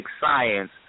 science